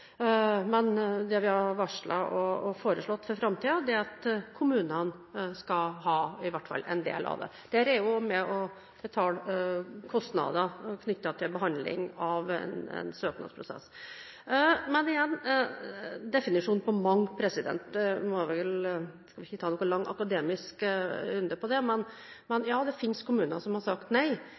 men det vi har varslet og foreslått for framtiden, er at kommunene skal ha i hvert fall en del av det – det er jo med å betale kostnader knyttet til behandling av en søknadsprosess. Jeg skal ikke ta noen lang akademisk runde på definisjonen av «mange», men: Ja, det finnes kommuner som har sagt nei,